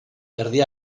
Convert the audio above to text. erdi